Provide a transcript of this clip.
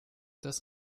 das